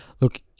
look